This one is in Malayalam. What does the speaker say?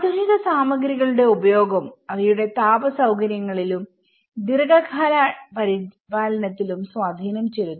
ആധുനിക സാമഗ്രികളുടെ ഉപയോഗം അവയുടെ താപ സൌകര്യങ്ങളിലും ദീർഘകാല പരിപാലനത്തിലും സ്വാധീനം ചെലുത്തി